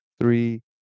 three